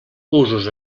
usos